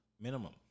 minimum